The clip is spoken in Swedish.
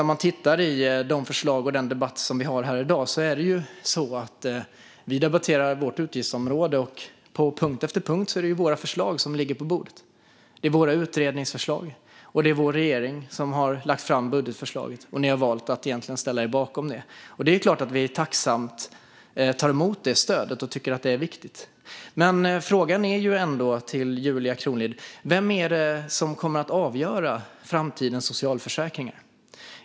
När man tittar på de förslag vi debatterar i dag under vårt utgiftsområde ser man att det på punkt efter punkt är våra förslag som ligger på bordet. Det är våra utredningsförslag, och det är vår regering som har lagt fram budgetförslaget. Ni har egentligen valt att ställa er bakom det. Det är klart att vi tacksamt tar emot det stödet och tycker att det är viktigt. Men frågan till Julia Kronlid är ändå: Vem är det som kommer att avgöra framtidens socialförsäkringar?